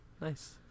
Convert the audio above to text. nice